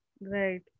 right